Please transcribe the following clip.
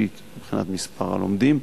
השלישית מבחינת מספר הלומדים,